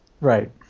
Right